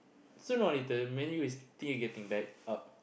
soon or later Man-U is still getting back up